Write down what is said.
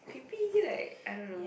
creepy right I don't know